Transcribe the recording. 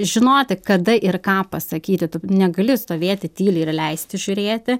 žinoti kada ir ką pasakyti tu negali stovėti tyliai ir leisti žiūrėti